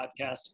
podcast